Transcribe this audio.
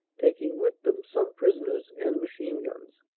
taking with them some prisoners and machine-guns.